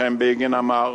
מנחם בגין אמר: